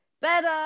better